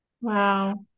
Wow